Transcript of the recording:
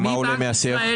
ומה עולה מהשיח?